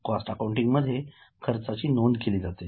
cost accounting मध्ये खर्चाची नोंद केली जाते